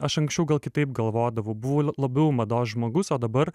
aš anksčiau gal kitaip galvodavau buvau labiau mados žmogus o dabar